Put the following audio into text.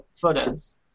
photos